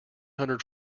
hundred